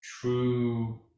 True